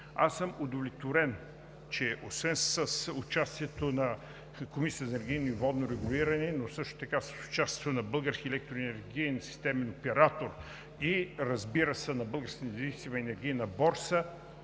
Аз съм удовлетворен, че освен с участието на Комисията за енергийно и водно регулиране, но също така с участието на българския Електроенергиен системен оператор и, разбира се, на Българската независима енергийна борса